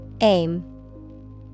Aim